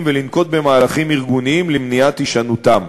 ולנקוט מהלכים ארגוניים למניעת הישנותם.